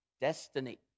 destiny